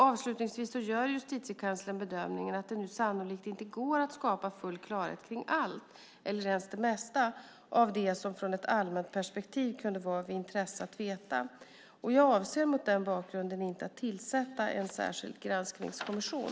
Avslutningsvis gör Justitiekanslern bedömningen att det nu sannolikt inte går att skapa full klarhet kring allt, eller ens det mesta, av det som från ett allmänt perspektiv kunde vara av intresse att veta. Jag avser mot den bakgrunden inte att tillsätta en särskild granskningskommission.